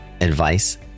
advice